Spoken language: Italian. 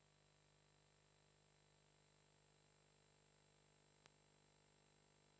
Grazie